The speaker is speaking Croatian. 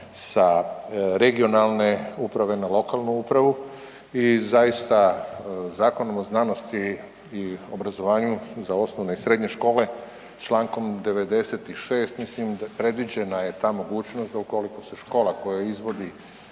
sa regionalne uprave na lokalnu upravu i zaista, Zakonom o znanosti i obrazovanju za osnovne i srednje škole, čl. 96., mislim, predviđena je ta mogućnost da ukoliko se škola, koja izvodi